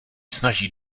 snaží